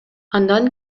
андан